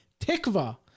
Tikva